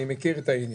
אני מכיר את העניין.